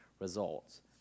results